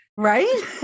right